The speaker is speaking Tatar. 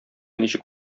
ничек